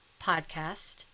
podcast